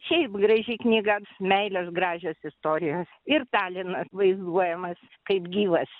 šiaip graži knyga meilės gražios istorijos ir talinas vaizduojamas kaip gyvas